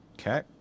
Okay